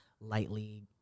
lightly